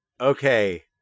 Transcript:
Okay